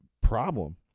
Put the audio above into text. problem